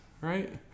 right